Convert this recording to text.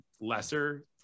lesser